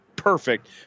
perfect